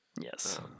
Yes